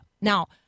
Now